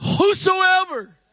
whosoever